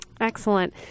Excellent